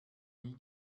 nie